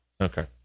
Okay